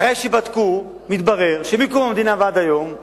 אחרי שבדקו, מתברר שמקום המדינה ועד היום,